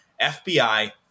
FBI